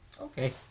Okay